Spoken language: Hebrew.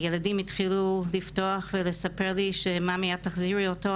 הילדים התחילו לפתוח ולספר לי מאמי אל תחזירי אותו,